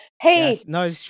Hey